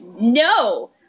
no